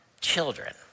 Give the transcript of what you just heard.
children